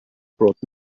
brought